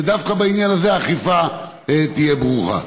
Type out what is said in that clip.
ודווקא בעניין הזה אכיפה תהיה ברוכה.